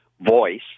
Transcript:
voice